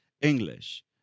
English